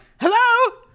hello